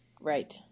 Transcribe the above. Right